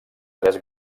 tres